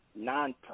nonprofit